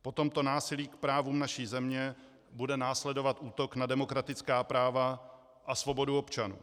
Po tomto násilí k právům naší země bude následovat útok na demokratická práva a svobodu občanů.